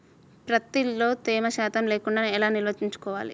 ప్రత్తిలో తేమ శాతం లేకుండా ఎలా నిల్వ ఉంచుకోవాలి?